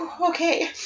Okay